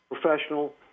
professional